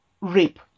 rape